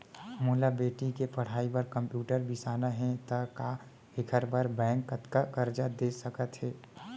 मोला बेटी के पढ़ई बार कम्प्यूटर बिसाना हे त का एखर बर बैंक कतका करजा दे सकत हे?